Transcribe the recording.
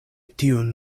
tiun